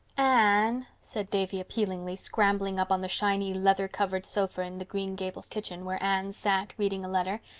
anne, said davy appealingly, scrambling up on the shiny, leather-covered sofa in the green gables kitchen, where anne sat, reading a letter,